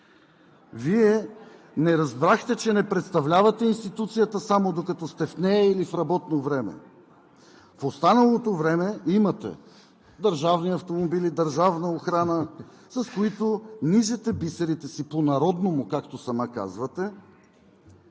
Вие не разбрахте, че не представлявате институцията само докато сте в нея или в работно време. В останалото време имате държавни автомобили, държавна охрана, с които нижете бисерите си по народному, както сама казвате,